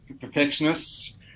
perfectionists